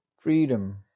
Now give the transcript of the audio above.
Freedom